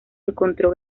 encontró